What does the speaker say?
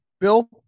Bill